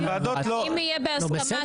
הוועדות לא מחוקקות.